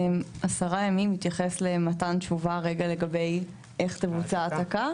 10 ימים מתייחס למתן תשובה לגבי איך תבוצע ההעתקה,